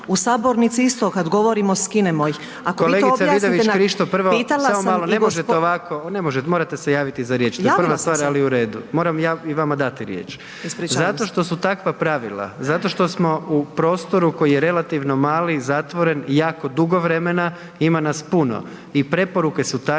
U sabornici isto kad govorimo, skinemo ih.